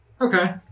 Okay